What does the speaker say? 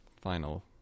final